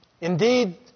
Indeed